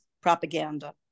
propaganda